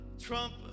trump